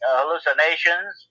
hallucinations